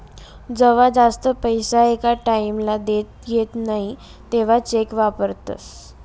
जवा जास्त पैसा एका टाईम ला देता येस नई तवा चेक वापरतस